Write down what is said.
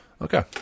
okay